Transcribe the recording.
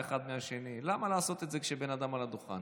חבר הכנסת קיש כבר ירד מהדוכן.